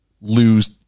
lose